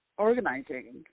organizing